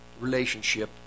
relationship